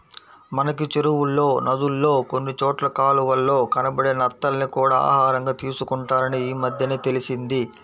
మనకి చెరువుల్లో, నదుల్లో కొన్ని చోట్ల కాలవల్లో కనబడే నత్తల్ని కూడా ఆహారంగా తీసుకుంటారని ఈమద్దెనే తెలిసింది